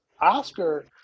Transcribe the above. Oscar